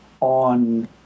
on